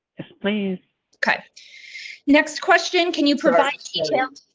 please okay next question, can you provide.